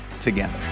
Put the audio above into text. together